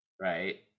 Right